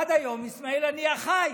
עד היום איסמעיל הנייה חי